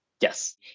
Yes